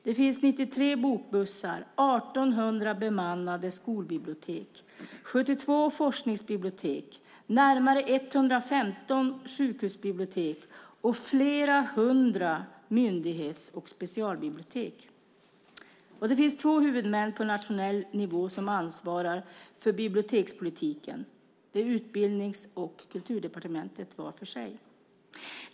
Det finns 93 bokbussar, 1 800 bemannade skolbibliotek, 72 forskningsbibliotek, närmare 115 sjukhusbibliotek och flera hundra myndighets och specialbibliotek. Det finns två huvudmän på nationell nivå som ansvarar för bibliotekspolitiken, Utbildnings och Kulturdepartementen var för sig.